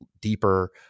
deeper